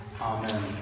Amen